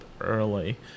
early